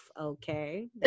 okay